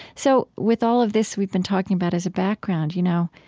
so with all of this we've been talking about as a background, you know,